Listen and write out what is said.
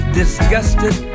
disgusted